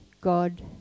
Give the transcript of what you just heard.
God